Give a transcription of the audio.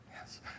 yes